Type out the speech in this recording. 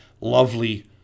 lovely